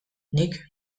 nik